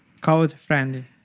Code-friendly